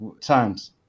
times